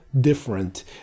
different